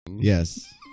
Yes